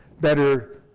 better